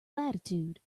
latitude